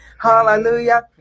Hallelujah